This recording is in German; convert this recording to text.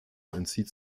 entzieht